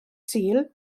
sul